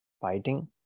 fighting